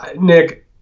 Nick